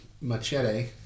machete